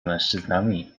mężczyznami